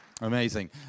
amazing